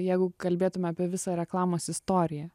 jeigu kalbėtume apie visą reklamos istoriją